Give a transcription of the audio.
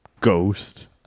ghost